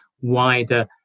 wider